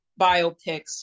biopics